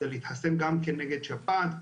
כדי להתחסן גם כנגד שפעת.